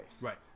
Right